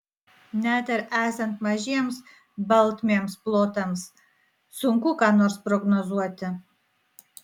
net ir esant mažiems baltmėms plotams sunku ką nors prognozuoti